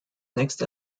next